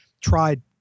tried